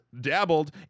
dabbled